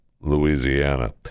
Louisiana